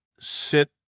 sit